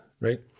right